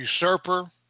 usurper